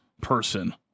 person